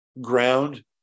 ground